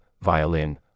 violin